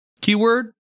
Keyword